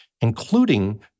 including